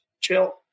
chill